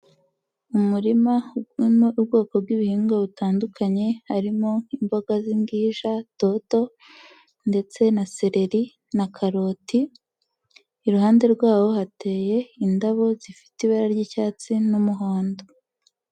Mu murima uhinzemo ubwoko bw'ibihingwa butandukanye, harimo imboga z'imbwija, dodo, ndetse na sereri na karoti. Iruhande rwaho hateye indabo zifite ibara ry'icyatsi n'umuhondo.